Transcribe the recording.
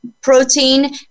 protein